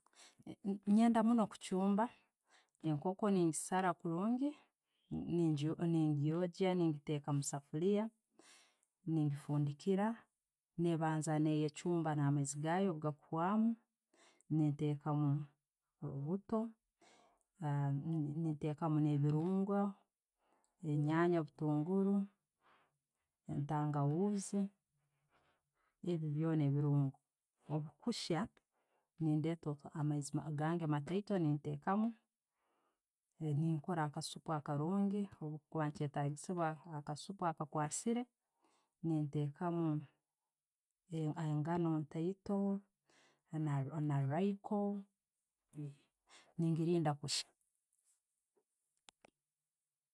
Nyenda munno kuchumba enkooko nengisaara kurungi, nengyogya, ne'ngiteeka omusefuliiya ne'ndifundiikira, ne'banza neyechumba namaizi gaayo bwangu, nentekamu buuto, nentekamu ebirungo, enyanja butunguru, entangawuuzi ebyo byona ebirungo. Bwebukuhya, nendetta amaizi gange matiito nentekamu. Ninkola akasuupu akarungi, bwechikuba ne'chetagiisiibwa, nentekaamu engaano ntaito, na royco, nengirinda kuhya.